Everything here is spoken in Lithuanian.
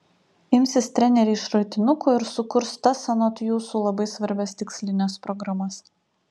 imsis treneriai šratinukų ir sukurs tas anot jūsų labai svarbias tikslines programas